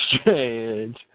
strange